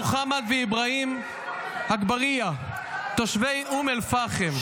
מוחמד ואברהים אגבאריה, תושבי אום אל-פחם,